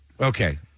Okay